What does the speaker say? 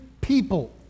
people